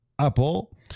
Apple